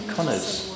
Connors